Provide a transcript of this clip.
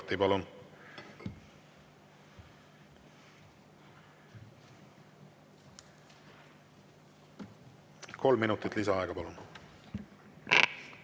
Kolm minutit lisaaega, palun!